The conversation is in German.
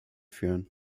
führen